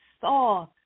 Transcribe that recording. saw